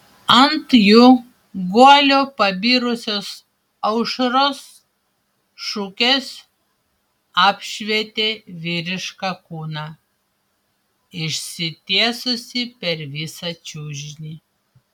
ant jų guolio pabirusios aušros šukės apšvietė vyrišką kūną išsitiesusį per visą čiužinį